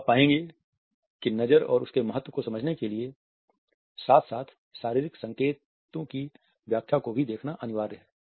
तो आप पाएंगे कि नज़र और उसके महत्व को समझने के लिए साथ साथ शारीरिक संकेतों की व्याख्याओं को भी देखना अनिवार्य है